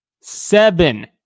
seven